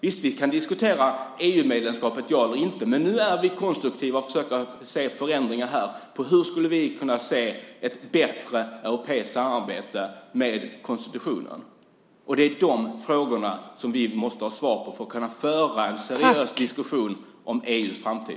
Vi kan diskutera EU-medlemskapet, men nu är vi konstruktiva och försöker se förändringar när det gäller hur vi skulle kunna få ett bättre europeiskt samarbete i fråga om konstitutionen. Det är dessa frågor som vi måste ha svar på för att kunna föra en seriös diskussion om EU:s framtid.